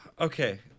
Okay